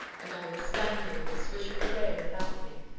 and i was standing with the swish of the rain about me,